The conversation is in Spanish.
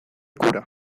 cura